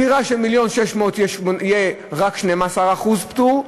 על דירה של 1.6 מיליון יהיה רק 12% פטור,